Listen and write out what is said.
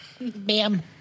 Bam